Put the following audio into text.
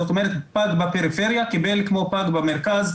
זאת אומרת פג בפריפריה קיבל כמו פג במרכז,